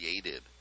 created